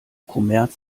kommerz